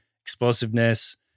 explosiveness